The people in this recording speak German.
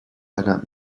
einer